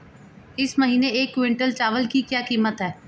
इस महीने एक क्विंटल चावल की क्या कीमत है?